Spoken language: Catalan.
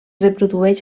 reprodueix